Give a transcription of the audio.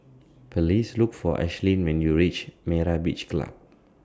Please Look For Ashlyn when YOU REACH Myra's Beach Club